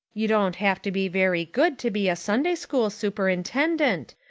you don't have to be very good to be a sunday school superintendent.